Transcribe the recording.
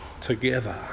together